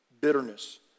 bitterness